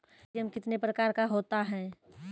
ATM कितने प्रकार का होता हैं?